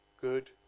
good